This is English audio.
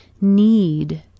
need